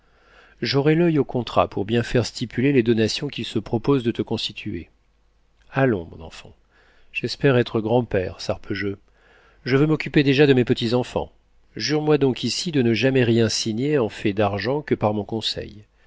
j'aurai l'oeil au contrat pour bien faire stipuler les donations qu'il se propose de te constituer allons mon enfant j'espère être grand-père sarpejeu je veux m'occuper déjà de mes petits-enfants jure-moi donc ici de ne jamais rien signer en fait d'argent que par mon conseil